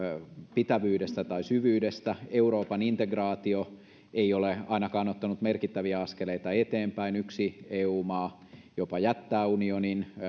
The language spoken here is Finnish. pitävyydestä tai syvyydestä euroopan integraatio ei ole ainakaan ottanut merkittäviä askeleita eteenpäin yksi eu maa jopa jättää unionin